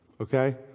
Okay